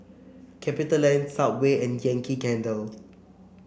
Capitaland Subway and Yankee Candle